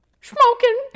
smoking